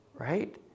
Right